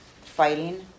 fighting